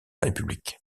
république